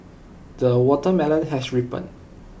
the watermelon has ripened